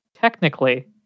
technically